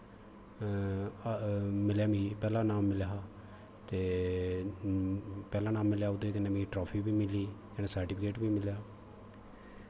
मिलेआ मिगी पैह्ला प्राईज मिलेआ हा ते पैह्ला इनाम मिलेआ ते ओह्दै च मिगी ट्राफी बी मिली कनै सटिफिकैट बी मिलेआ